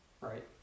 right